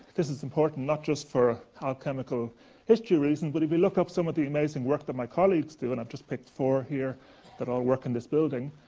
this this important, not just for how chemical history reason. but if you look up some of the amazing work that my colleagues do, and i've just picked four here that all work in this building,